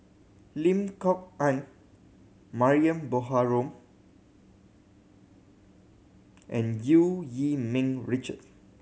Lim Kok Ann Mariam Baharom and Eu Yee Ming Richard